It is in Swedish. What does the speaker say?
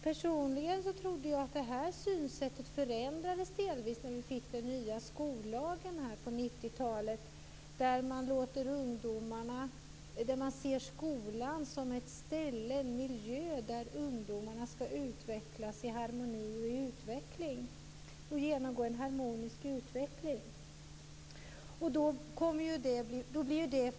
Personligen trodde jag att detta synsätt delvis förändrades när vi fick den nya skollagen på 1990-talet, där man ser skolan som en miljö där ungdomarna skall genomgå en harmonisk utveckling.